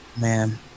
Man